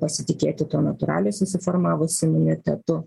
pasitikėti tuo natūraliai susiformavusiu imunitetu